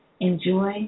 enjoy